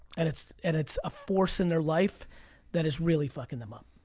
and it's and it's a force in their life that is really fucking them up.